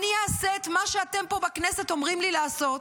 אני אעשה את מה שאתם פה בכנסת אומרים לי לעשות,